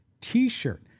T-shirt